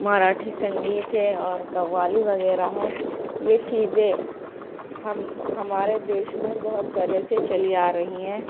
مراٹھی سنگیت ہے اور قوالی وغیرہ ہے یہ چیزیں ہم ہمارے دیش میں بہت پہلے سے چلی آ رہی ہیں